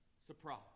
surprise